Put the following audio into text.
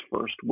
first